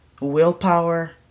willpower